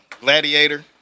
Gladiator